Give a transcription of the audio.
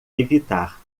evitar